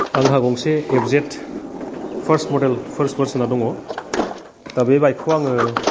आंहा गंसे F Z first model first भार्जोनआ दङ दा बे बाइकखौ आङो